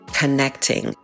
connecting